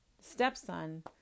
Stepson